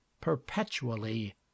perpetually